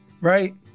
right